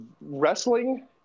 wrestling